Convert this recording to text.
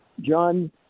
John